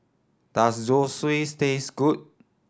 does Zosui taste good